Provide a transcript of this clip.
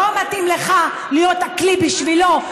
לא מתאים לך להיות כלי בשבילו,